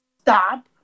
stop